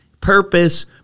purpose